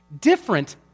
different